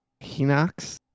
Hinox